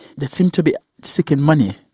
they seem to be seeking money,